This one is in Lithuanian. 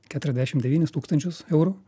keturiasdešim devynis tūkstančius eurų